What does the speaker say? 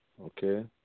Okay